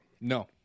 No